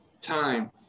time